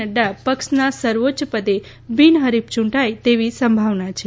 નડ્રા પક્ષના સર્વોચ્ય પદે બિનહરીફ ચૂંટાય તેવી સંભાવના છે